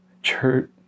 church